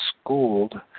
schooled